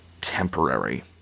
temporary